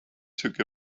took